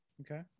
Okay